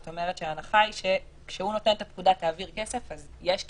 זאת אומרת שההנחה היא שכשהוא נותן את הפקודה: "תעביר כסף" אז יש כסף.